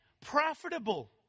profitable